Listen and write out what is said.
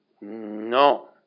No